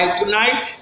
tonight